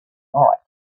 write